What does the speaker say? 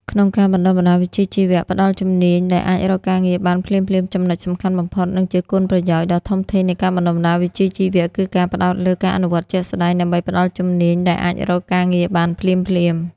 ក្នុងការបណ្តុះបណ្តាលវិជ្ជាជីវៈ ផ្តល់ជំនាញដែលអាចរកការងារបានភ្លាមៗ ចំណុចសំខាន់បំផុត និងជាគុណប្រយោជន៍ដ៏ធំធេងនៃការបណ្តុះបណ្តាលវិជ្ជាជីវៈ គឺការផ្តោតលើ ការអនុវត្តជាក់ស្តែង ដើម្បីផ្តល់ជំនាញដែលអាចរកការងារបានភ្លាមៗ។